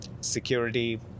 security